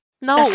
no